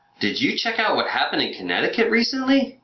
did you check out what happened in connecticut recently?